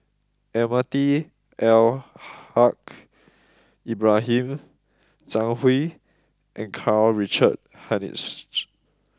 Almahdi Al Haj Ibrahim Zhang Hui and Karl Richard Hanitsch